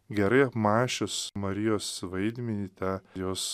gerai apmąsčius marijos vaidmenį tą jos